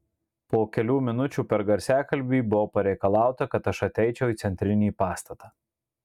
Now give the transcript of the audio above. po kelių minučių per garsiakalbį buvo pareikalauta kad aš ateičiau į centrinį pastatą